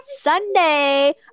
Sunday